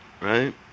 right